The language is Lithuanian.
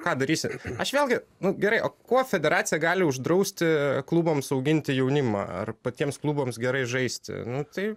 ką darysi aš vėlgi nu gerai o kuo federacija gali uždrausti klubams auginti jaunimą ar patiems klubams gerai žaisti nu tai